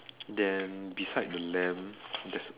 then beside the lamb there's a